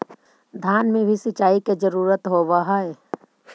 धान मे भी सिंचाई के जरूरत होब्हय?